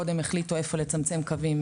קודם החליטו איפה לצמצם קוים,